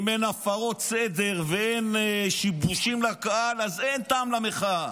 אם אין הפרות סדר ואין שיבושים לקהל אז אין טעם למחאה,